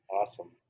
awesome